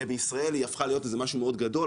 בישראל היא הפכה להיות איזה משהו מאוד גדול,